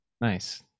nice